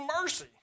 mercy